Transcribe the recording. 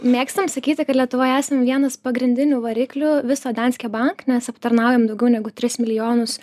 mėgstam sakyti kad lietuvoje esam vienas pagrindinių variklių viso danske bank nes aptarnaujam daugiau negu tris milijonus